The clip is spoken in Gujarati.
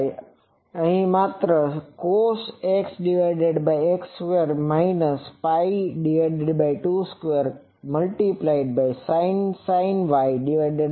અહીં માત્ર cos xx2 ² × sin Y Yનો ફેર છે